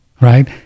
right